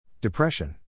Depression